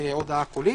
הודעה קולית